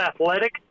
athletic